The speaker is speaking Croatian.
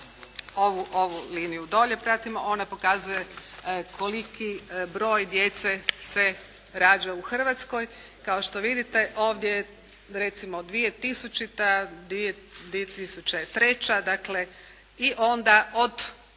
ovu dolje liniju pratimo. Ona pokazuje koliki broj djece se rađa u Hrvatskoj. Kao što vidite, ovdje recimo 2000., 2003. i onda od